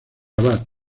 abad